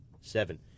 seven